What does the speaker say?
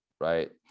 right